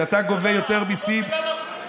כשאתה גובה יותר מיסים, לא נורא.